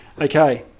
Okay